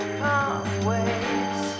pathways